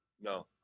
No